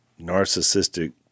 narcissistic